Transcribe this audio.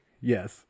Yes